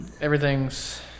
everything's